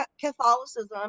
Catholicism